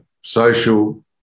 social